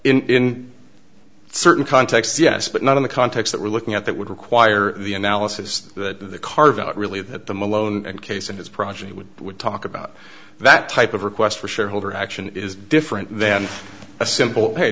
in certain contexts yes but not in the context that we're looking at that would require the analysis that the carve out really that the malone case and its progeny would would talk about that type of request for shareholder action is different than a simple hey